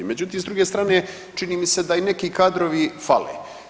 Međutim, s druge strane čini mi se da neki kadrovi fale.